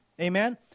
Amen